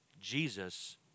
Jesus